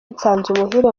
nsanzumuhire